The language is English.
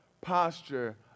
posture